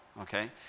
okay